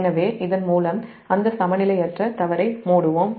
எனவே இதன் மூலம் அந்த சமநிலையற்ற தவறை முடிப்போம்